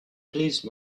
please